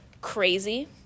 crazy